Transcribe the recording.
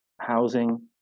housing